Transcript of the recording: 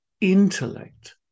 intellect